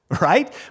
right